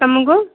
ତୁମକୁ